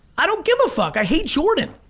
i don't give a fuck i hate jordan.